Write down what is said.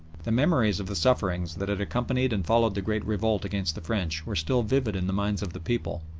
the memories of the sufferings that had accompanied and followed the great revolt against the french were still vivid in the minds of the people,